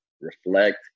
reflect